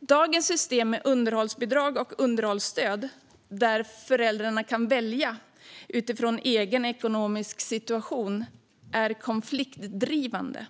Dagens system med underhållsbidrag och underhållsstöd, där föräldrarna kan välja utifrån egen ekonomisk situation, är konfliktdrivande.